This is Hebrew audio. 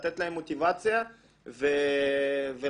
לתת להם מוטיבציה ולעשות